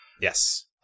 Yes